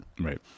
Right